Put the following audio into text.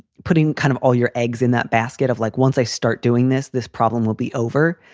putting kind of all your eggs in that basket of like once i start doing this, this problem will be over.